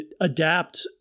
adapt